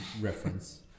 reference